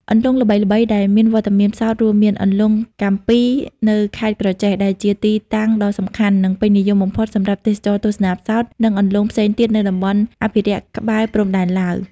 អន្លង់ល្បីៗដែលមានវត្តមានផ្សោតរួមមាន អន្លង់កាំពី នៅខេត្តក្រចេះ ដែលជាទីតាំងដ៏សំខាន់ និងពេញនិយមបំផុតសម្រាប់ទេសចរណ៍ទស្សនាផ្សោត និងអន្លង់ផ្សេងទៀតនៅតំបន់អភិរក្សក្បែរព្រំដែនឡាវ។